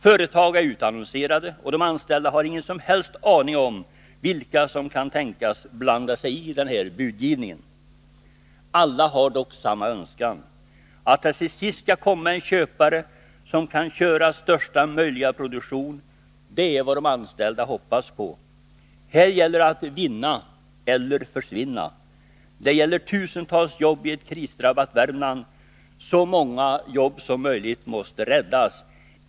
Företag är utannonserade, och de anställda har ingen som helst aning om vilka som kan tänkas blanda sig i den här budgivningen. Alla har dock samma önskan — att det till sist skall komma en köpare som kan ha största möjliga produktion. Det är vad de anställda hoppas på. Här gäller det att vinna eller försvinna. Det rör sig om tusentals jobb i ett krisdrabbat Värmland. Så många jobb som möjligt måste räddas.